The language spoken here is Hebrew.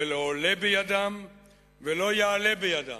ולא עולה בידם ולא יעלה בידם.